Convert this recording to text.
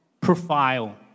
profile